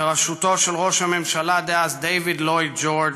בראשותו של ראש הממשלה דאז דייוויד לויד ג'ורג'.